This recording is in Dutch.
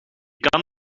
kan